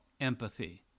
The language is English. empathy